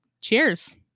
cheers